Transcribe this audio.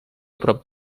prop